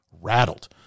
rattled